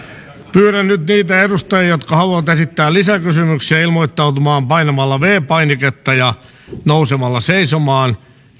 pyydän nyt niitä edustajia jotka haluavat esittää lisäkysymyksiä ilmoittautumaan painamalla viides painiketta ja nousemalla seisomaan